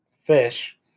fish